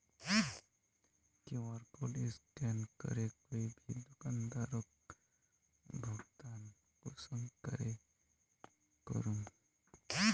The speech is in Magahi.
कियु.आर कोड स्कैन करे कोई भी दुकानदारोक भुगतान कुंसम करे करूम?